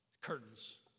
curtains